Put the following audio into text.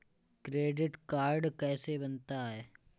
Credit card कैसे बनता है?